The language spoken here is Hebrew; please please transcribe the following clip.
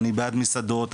אני בעד מסעדות.